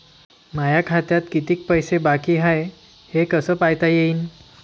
माया खात्यात कितीक पैसे बाकी हाय हे कस पायता येईन?